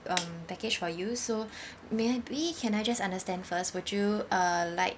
um package for you so maybe can I just understand first would you uh like